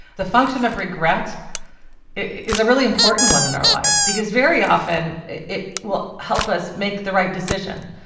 the function of regrets is a really important one in our lives because very often it it will help us make the right decision.